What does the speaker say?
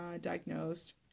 diagnosed